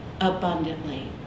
abundantly